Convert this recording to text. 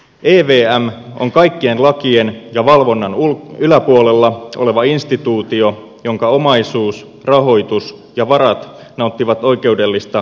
evm on kaikkien lakien ja valvonnan yläpuolella oleva instituutio jonka omaisuus rahoitus ja varat nauttivat oikeudellista koskemattomuutta